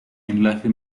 enlace